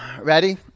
Ready